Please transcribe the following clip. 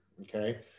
Okay